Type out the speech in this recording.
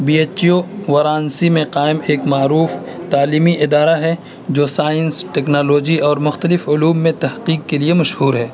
be H U Varanasi میں قائم ایک معروف تعلیمی ادارہ ہے جو سائنس ٹیکنالوجی اور مختلف علوم میں تحقیق کے لیے مشہور ہے